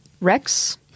Rex